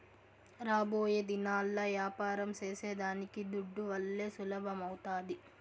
రాబోయేదినాల్ల యాపారం సేసేదానికి దుడ్డువల్లే సులభమౌతాది